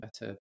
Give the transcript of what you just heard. better